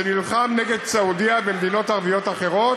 שנלחם נגד סעודיה ומדינות ערביות אחריות,